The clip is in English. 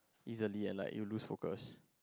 easily ah like you lost focus